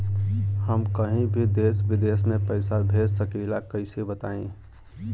हम कहीं भी देश विदेश में पैसा भेज सकीला कईसे बताई?